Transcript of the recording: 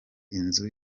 inzu